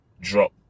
drop